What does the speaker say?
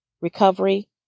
recovery